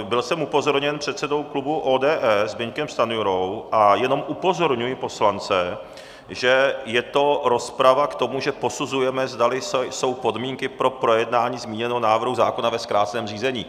Byl jsem upozorněn předsedou klubu ODS Zbyňkem Stanjurou, a jenom upozorňuji poslance, že je to rozprava k tomu, že posuzujeme, zdali jsou podmínky pro projednání změny návrhu zákona ve zkráceném řízení.